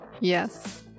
yes